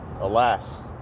alas